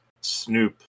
Snoop